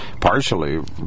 partially